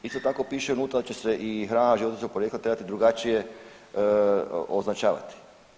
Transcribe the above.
Isto tako piše unutra da će se i hrana životinjskog porijekla trebati drugačije označavati.